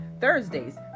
Thursdays